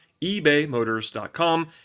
ebaymotors.com